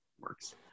works